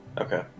Okay